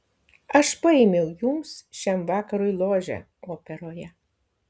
aš paėmiau jums šiam vakarui ložę operoje